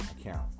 account